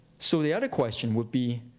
so the other question would be,